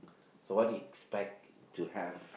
so what did you expect to have